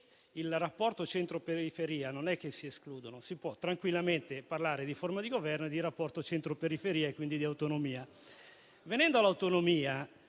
il rapporto tra centro e periferia non si escludono: si può tranquillamente parlare di forma di governo e di rapporto tra centro e periferia e, quindi, di autonomia. Venendo all'autonomia,